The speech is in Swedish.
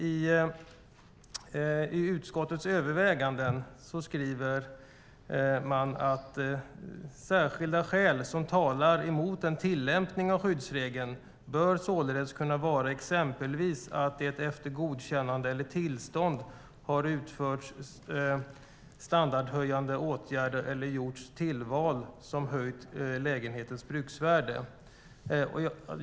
I utskottets överväganden hänvisar man till följande skrivning: "Särskilda skäl som talar emot en tillämpning av skyddsregeln bör således kunna vara exempelvis att det efter godkännande eller tillstånd har utförts standardhöjande åtgärder eller gjorts tillval som höjt lägenhetens bruksvärde."